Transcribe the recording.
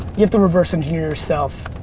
you have to reverse engineer yourself.